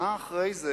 שנה אחרי זה